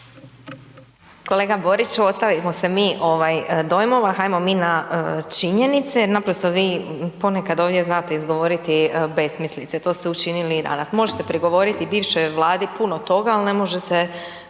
Kolega Boriću, ostavimo se mi ovaj dojmova, hajmo mi na činjenice, naprosto vi ponekad ovdje znate izgovoriti besmislice, to ste učinili i danas, možete prigovoriti bivšoj Vladi puno toga, al ne možete